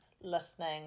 listening